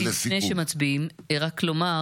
אני רוצה להגיד לך --- מלחמת יום הכיפורים --- תודה רבה,